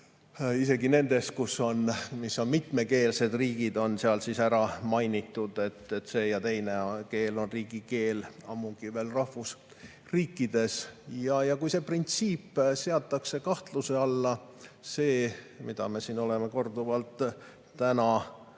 isegi nendes, mis on mitmekeelsed riigid, on ära mainitud, et see ja teine keel on riigikeel. Ammugi on see nii rahvusriikides. Kui see printsiip seatakse kahtluse alla – see, mida me siin oleme korduvalt täna